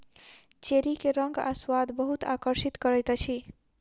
cherry के रंग आ स्वाद बहुत आकर्षित करैत अछि